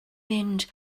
mynd